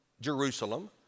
Jerusalem